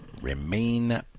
remain